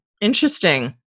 Interesting